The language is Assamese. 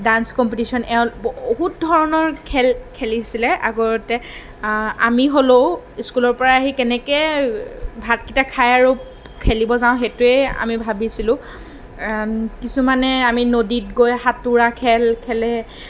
ডাঞ্চ কম্পিটিচন বহুত ধৰণৰ খেল খেলিছিলে আগতে আমি হ'লেও স্কুলৰ পৰা আহি কেনেকৈ ভাতকেইটা খাই আৰু খেলিব যাওঁ সেইটোৱেই আমি ভাবিছিলোঁ কিছুমানে আমি নদীত গৈ সাঁতোৰা খেল খেলে